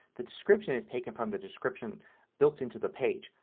the description is taken from the description built into the page.